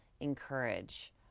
encourage